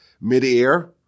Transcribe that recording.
midair